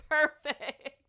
perfect